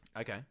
Okay